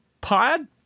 Pod